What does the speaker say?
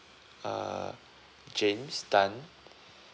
uh james tan